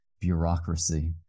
bureaucracy